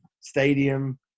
Stadium